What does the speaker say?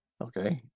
Okay